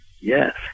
Yes